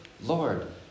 Lord